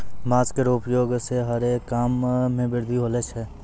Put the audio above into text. बांस केरो उपयोग सें हरे काम मे वृद्धि होलो छै